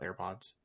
AirPods